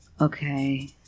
Okay